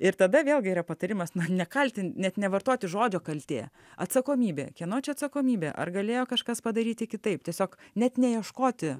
ir tada vėlgi yra patarimas nekaltin net nevartoti žodžio kaltė atsakomybė kieno čia atsakomybė ar galėjo kažkas padaryti kitaip tiesiog net neieškoti